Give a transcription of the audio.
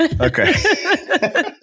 Okay